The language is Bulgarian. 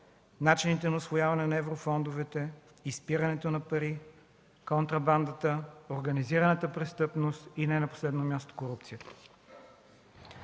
начините на усвояване на еврофондовете, изпирането на пари, контрабандата, организираната престъпност и не на последно място корупцията.